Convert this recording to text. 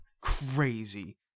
crazy